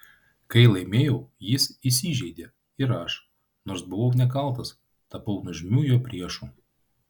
kai laimėjau jis įsižeidė ir aš nors buvau nekaltas tapau nuožmiu jo priešu